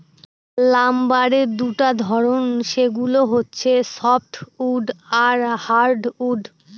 লাম্বারের দুটা ধরন, সেগুলো হচ্ছে সফ্টউড আর হার্ডউড